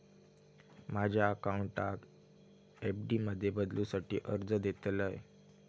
माझ्या अकाउंटाक एफ.डी मध्ये बदलुसाठी अर्ज देतलय